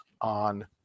on